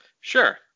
Sure